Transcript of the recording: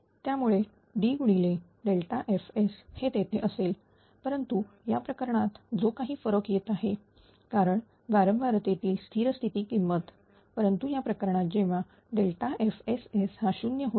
त्यामुळे D गुणिले Fहे तेथे असेल परंतु या प्रकरणात जो काही फरक येत आहे कारण वारंवार तेतील स्थिर स्थिती किंमत परंतु या प्रकरणात जेव्हा FSS हा 0 होईल